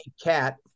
cat